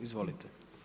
Izvolite.